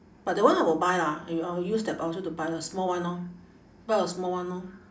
but that one I will buy lah I I will use that voucher to buy a small one lor buy a small one lor